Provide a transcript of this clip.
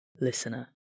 listener